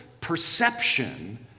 perception